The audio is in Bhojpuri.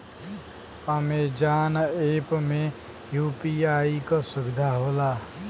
अमेजॉन ऐप में यू.पी.आई क सुविधा होला